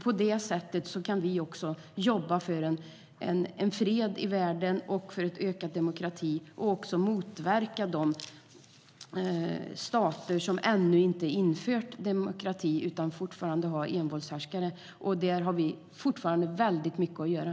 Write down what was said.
På det sättet kan vi jobba för fred och ökad demokrati i världen och försöka påverka de stater som inte har infört demokrati utan fortfarande har envåldshärskare. Här har vi fortfarande mycket att göra.